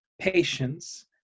patience